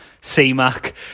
C-Mac